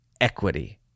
equity